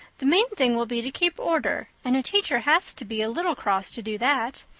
the main thing will be to keep order and a teacher has to be a little cross to do that.